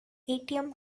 atm